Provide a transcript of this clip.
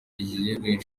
iri